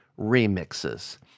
Remixes